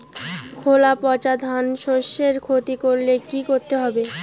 খোলা পচা ধানশস্যের ক্ষতি করলে কি করতে হবে?